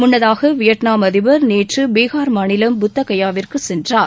முன்னதாக வியட்நாம் அதிபர் நேற்று பீகார் மாநிலம் புத்த கயாவிற்கு சென்றார்